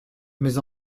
mes